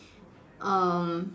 um